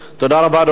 תודה רבה, אדוני.